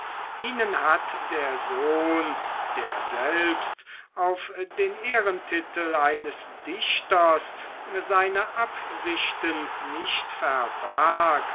ihnen hatte der sohn der selbst auf den ehrentitel eines dichters seine absichten nicht verbarg